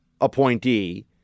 appointee